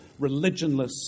religionless